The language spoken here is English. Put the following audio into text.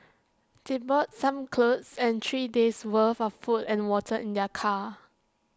they bought some clothes and three days' worth of food and water in their car